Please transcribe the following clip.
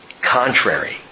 Contrary